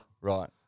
Right